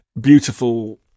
beautiful